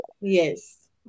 Yes